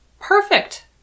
perfect